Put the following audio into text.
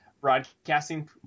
broadcasting